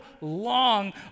long